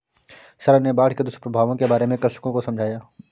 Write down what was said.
sir ने बाढ़ के दुष्प्रभावों के बारे में कृषकों को समझाया